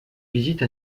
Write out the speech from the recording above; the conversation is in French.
visite